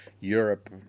Europe